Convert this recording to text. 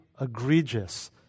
egregious